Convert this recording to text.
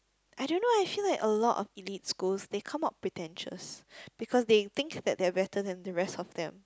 I don't know I feel like a lot of elite schools they come out pretentious because they think that they are better than the rest of them